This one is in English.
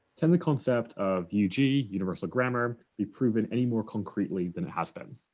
can the concept of yuji, universal grammar, be proven any more concretely than it has been?